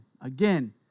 again